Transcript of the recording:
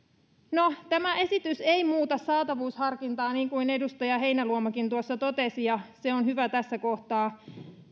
no tämä esitys ei muuta saatavuusharkintaa niin kuin edustaja heinäluomakin tuossa totesi ja se on hyvä tässä kohtaa